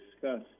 discuss